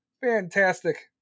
Fantastic